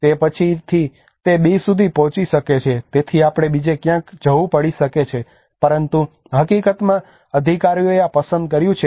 તેથી પછીથી તે B સુધી પણ પહોંચી શકે છે તેથી આપણે બીજે ક્યાંક જવું પડી શકે છે પરંતુ હકીકતમાં અધિકારીઓએ આ પસંદ કર્યું છે